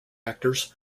actors